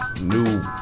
new